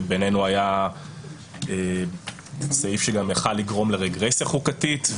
שבינינו היה סעיף שגם היה יכול לגרום לרגרסיה חוקתית,